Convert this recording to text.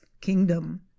kingdom